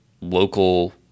local